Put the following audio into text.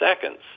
seconds